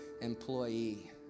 employee